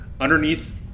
underneath